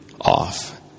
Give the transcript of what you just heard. off